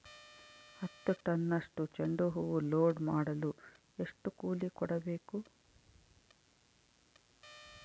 ಹತ್ತು ಟನ್ನಷ್ಟು ಚೆಂಡುಹೂ ಲೋಡ್ ಮಾಡಲು ಎಷ್ಟು ಕೂಲಿ ಕೊಡಬೇಕು?